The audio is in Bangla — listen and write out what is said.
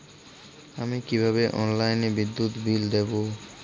আমি কিভাবে অনলাইনে বিদ্যুৎ বিল দেবো?